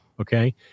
Okay